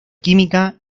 química